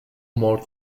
more